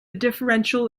differential